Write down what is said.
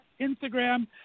Instagram